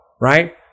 Right